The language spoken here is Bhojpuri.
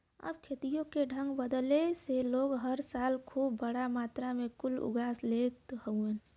अब खेतियों के ढंग बदले से लोग हर साले खूब बड़ा मात्रा मे कुल उगा लेत हउवन